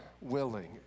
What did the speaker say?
willing